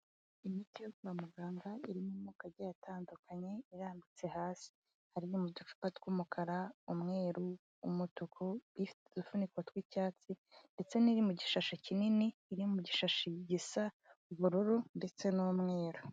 Imiti yo kwa muganga irimo amoko agiye atandukanye irambitse hasi, hari no mu ducupa tw'umukara, umweru, umutuku, ifite udufuniko tw'icyatsi, ndetse n'iri mu gishashi kinini, iri mu gishashi gisa ubururu ndetse n'umweru.